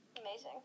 amazing